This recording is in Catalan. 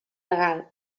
regal